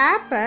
App